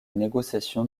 négociation